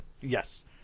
yes